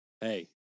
Hey